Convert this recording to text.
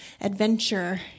adventure